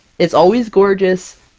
it's always gorgeous,